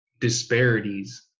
disparities